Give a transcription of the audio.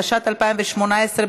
התשע"ט 2018,